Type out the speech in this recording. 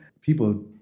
People